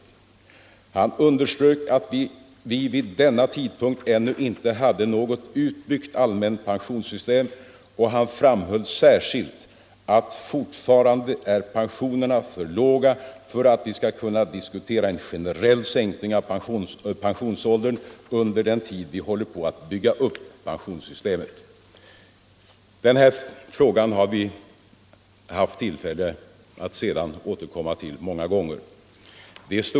Han underströk att vi vid denna tidpunkt ännu inte åldern, m.m. hade något utbyggt allmänt pensionssystem, och han framhöll särskilt att ”fortfarande är pensionerna för låga för att vi skall kunna diskutera en generell sänkning av pensionsåldern under den tid vi håller på att bygga upp pensionssystemet”. Denna fråga har vi sedan haft tillfälle att återkomma till många gånger.